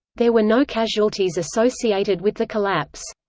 there were no casualties associated with the collapse.